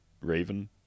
Raven